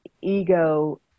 ego